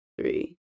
three